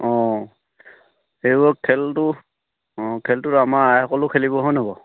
অঁ সেইবোৰ খেলটো অঁ খেলটোত আমাৰ আইসকলেও খেলিব হয় নহয় বাৰু